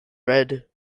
red